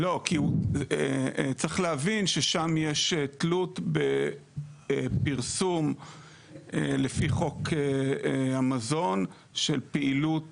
צריך להבין שיש שם תלות בפרסום לפי חוק המזון של פעילות